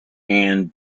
and